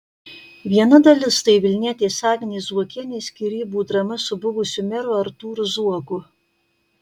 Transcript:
viena dalis tai vilnietės agnės zuokienės skyrybų drama su buvusiu meru artūru zuoku